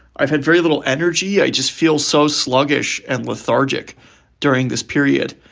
i've had very little energy. i just feel so sluggish and lethargic during this period.